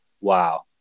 wow